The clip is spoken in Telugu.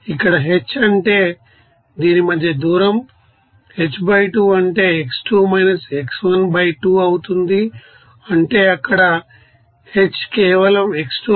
ఇక్కడ hఅంటే దీని మధ్య దూరం hబై 2 అంటే x2 x1 బై 2 అవుతుంది అంటే ఇక్కడ h కేవలం x2 x1 కు సమానం